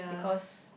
because